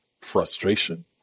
frustration